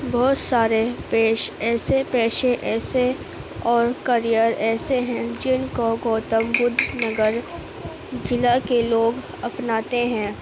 بہت سارے پیش ایسے پیشے ایسے اور کریئر ایسے ہیں جن کو گوتم بدھ نگر ضلع کے لوگ اپناتے ہیں